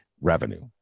revenue